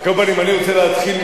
על כל פנים, אני רוצה להתחיל,